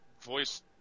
Voice